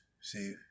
See